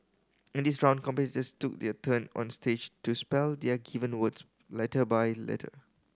in this round competitors took their turn on stage to spell their given words letter by letter